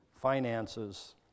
finances